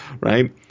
right